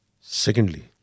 Secondly